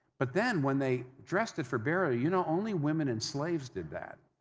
but then, when they dressed it for burial, you know, only women and slaves did that.